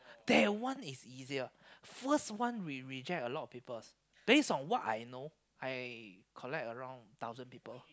that one is easier first one we reject a lot of peoples base on what I know I collect around thousand people